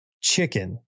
chicken